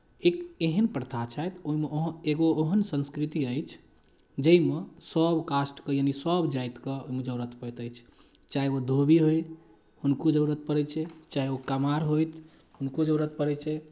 एक एहन प्रथा छथि ओहिमे एगो ओहन संस्कृति अछि जाहिमे सभ कास्टके यानि सभ जातिके ओहिमे जरूरत पड़ैत अछि चाहे ओ धोबी होय हुनको जरूरत पड़ै छै चाहे ओ कमार होय हुनको जरूरत पड़ै छै